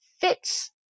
fits